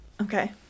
Okay